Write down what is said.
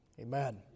amen